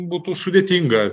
būtų sudėtinga